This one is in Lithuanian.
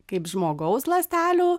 kaip žmogaus ląstelių